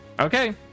Okay